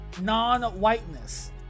non-whiteness